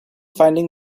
finding